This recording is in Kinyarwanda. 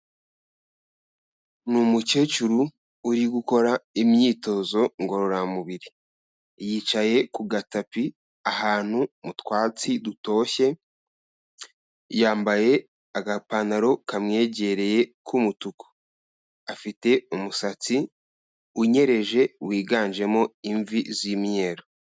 Ni umukecuru uri gukora imyitozo ngororamubiri, yicaye ku gatapi ahantu mu twatsi dutoshye, yambaye agapantaro kamwegereye k'umutuku, afite umusatsi unyereje wiganjemo imvi z'imyeru.